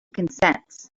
consents